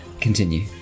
Continue